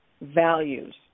values